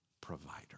Provider